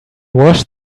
washed